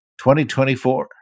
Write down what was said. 2024